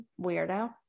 weirdo